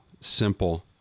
simple